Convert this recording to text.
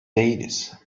değiliz